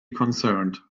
concerned